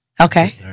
Okay